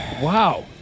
Wow